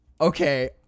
Okay